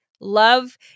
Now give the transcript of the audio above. Love